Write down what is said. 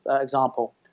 example